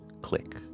click